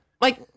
Like-